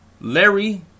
Larry